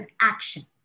action